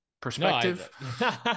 perspective